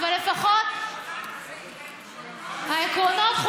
אבל לפחות העקרונות זהים, העקרונות.